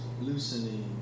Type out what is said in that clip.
loosening